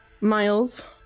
Miles